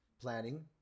planning